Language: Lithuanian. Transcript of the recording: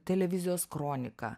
televizijos kronika